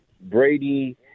Brady